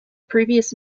previous